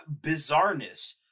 bizarreness